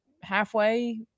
halfway